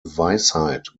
weisheit